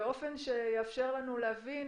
באופן שיאפשר לנו להבין